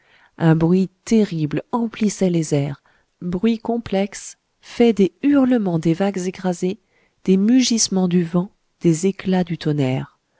un bruit terrible emplissait les airs bruit complexe fait des hurlements des vagues écrasées des mugissements du vent des éclats du tonnerre